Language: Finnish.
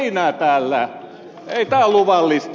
ei tämä ole luvallista